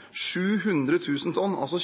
tonn. 700 000 tonn! Det er altså